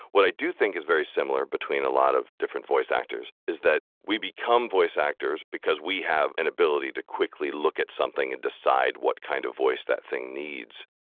what i do think is very similar between a lot of different voice actors is that we become voice actors because we have an ability to quickly look at something and decide what kind of voice that thing needs.